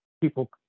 people